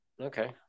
Okay